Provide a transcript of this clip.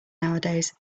nowadays